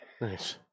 nice